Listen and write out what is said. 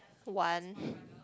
one